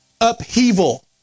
upheaval